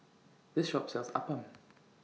This Shop sells Appam